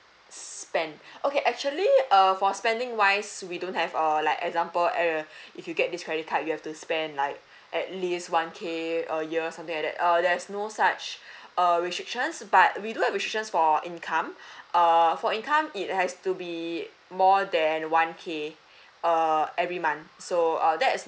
spend okay actually err for spending wise we don't have a like example if you get this credit card you have to spend like at least one K a year something like that err there's no such err restrictions but we do have restrictions for income err for income it has to be more than one K err every month so err that is no problem